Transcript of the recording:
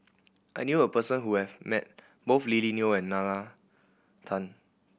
I knew a person who has met both Lily Neo and Nalla Tan